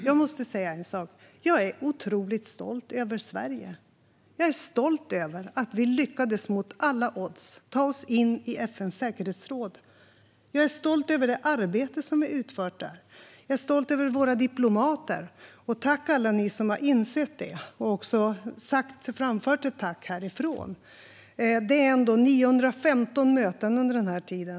Jag måste säga en sak: Jag är otroligt stolt över Sverige. Jag är stolt över att vi, mot alla odds, lyckades ta oss in i FN:s säkerhetsråd. Jag är stolt över det arbete som vi utfört där. Jag är stolt över våra diplomater. Tack alla ni som har insett det och även framfört ett tack härifrån! Det har varit 915 möten under den här tiden.